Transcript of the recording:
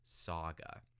saga